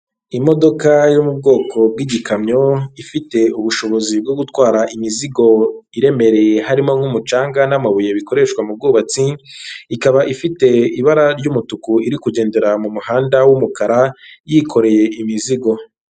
Imodoka yo mu bwoko bw'igikamyo ifite ubushobozi bwo gutwara imizigo iremereye harimo nk'umucanga n'amabuye bikoreshwa mu bwubatsi, ikaba ifite ibara ry'umutuku iri kugendera mu muhanda w'umukara yikoreye imizigo.